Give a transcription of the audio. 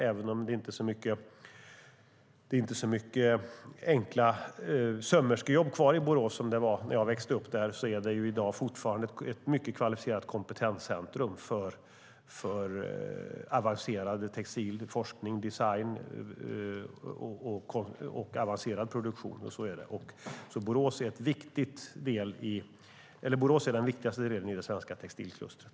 Även om det inte finns så många enkla sömmerskejobb kvar i Borås som när jag växte upp där är det fortfarande ett mycket kvalificerat kompetenscentrum för avancerad forskning, design och produktion inom textil. Borås är den viktigaste delen i det svenska textilklustret.